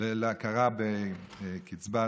להכרה בקצבת